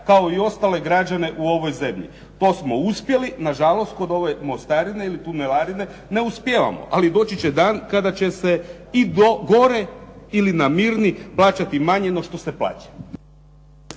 kao i ostale građane u ovoj zemlji. To smo uspjeli. Na žalost kod ove mostarine ili tunelarine ne uspijevamo, ali doći će dan kada će se i do gore ili na Mirni plaćati manje no što se plaća.